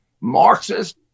Marxist